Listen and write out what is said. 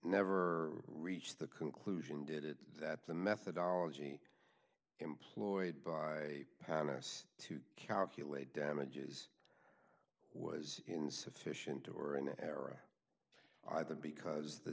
never reach the conclusion did it that the methodology employed by hannahs to calculate damages was insufficient or an error i think because th